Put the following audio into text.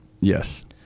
Yes